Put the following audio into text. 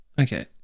Okay